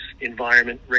environment